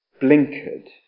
blinkered